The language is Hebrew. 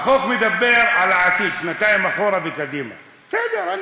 החוק מדבר על העתיד, שנתיים אחורה וקדימה, בסדר.